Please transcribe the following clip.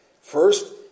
First